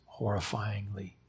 horrifyingly